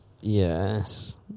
Yes